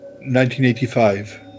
1985